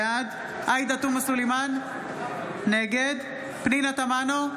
בעד עאידה תומא סלימאן, נגד פנינה תמנו,